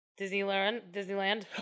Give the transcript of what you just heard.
Disneyland